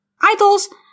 Idols